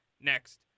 next